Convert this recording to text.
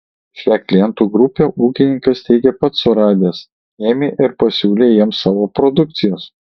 šią klientų grupę ūkininkas teigia pats suradęs ėmė ir pasiūlė jiems savo produkcijos